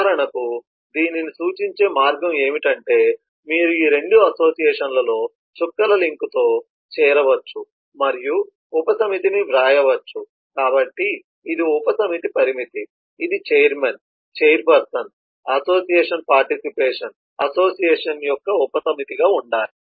ఉదాహరణకు దీనిని సూచించే మార్గం ఏమిటంటే మీరు ఈ 2 అసోసియేషన్లలో చుక్కల లింక్తో చేరవచ్చు మరియు ఉపసమితిని వ్రాయవచ్చు కాబట్టి ఇది ఉపసమితి పరిమితి ఇది chairman chairperson association participation association యొక్క ఉపసమితిగా ఉండాలి